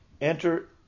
enter